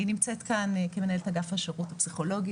אני נמצאת כאן כמנהלת אגף השירות הפסיכולוגי.